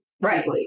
Right